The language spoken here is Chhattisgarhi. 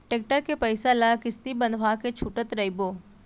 टेक्टर के पइसा ल किस्ती बंधवा के छूटत रइबो